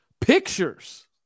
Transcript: Pictures